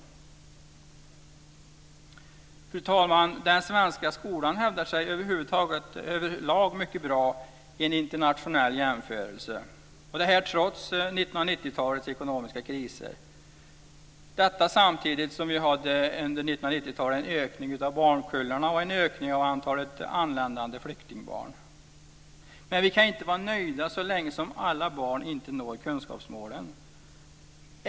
Fru talman! Den svenska skolan hävdar sig över lag mycket bra i en internationell jämförelse, detta trots 90-talets ekonomiska kriser och trots att vi samtidigt under 90-talet hade en ökning av barnkullarna och en ökning av antalet anländande flyktingbarn. Men vi kan inte vara nöjda så länge som alla barn inte når kunskapsmålen.